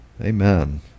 Amen